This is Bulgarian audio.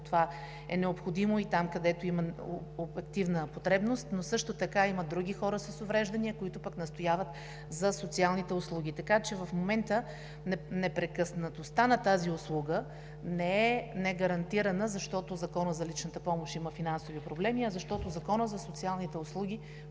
това е необходимо, и там, където има потребност, но също така има други хора с увреждания, които пък настояват за социалните услуги. Така че в момента непрекъснатостта на тази услуга не е негарантирана, защото Законът за личната помощ има финансови проблеми, а защото Законът за социалните услуги